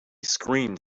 screamed